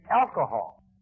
alcohol